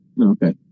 Okay